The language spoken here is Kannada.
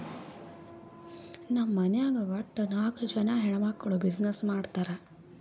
ನಮ್ ಮನ್ಯಾಗ್ ವಟ್ಟ ನಾಕ್ ಜನಾ ಹೆಣ್ಮಕ್ಕುಳ್ ಬಿಸಿನ್ನೆಸ್ ಮಾಡ್ತಾರ್